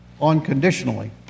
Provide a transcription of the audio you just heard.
unconditionally